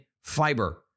fiber